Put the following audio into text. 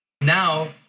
Now